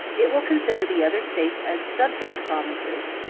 it will consider the other states as subject provinces,